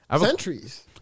centuries